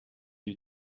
you